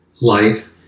life